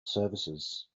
services